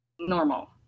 normal